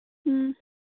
ꯎꯝ